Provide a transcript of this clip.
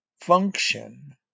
function